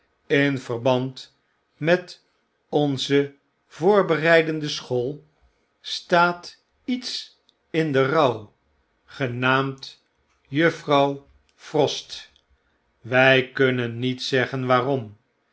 in verband met onze voorbereidende school staat lets in de rouw genaamd juffrouw frost wy kunnen niet zeggen waarom